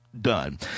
done